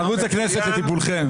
ערוץ הכנסת, לטיפולכם.